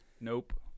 Nope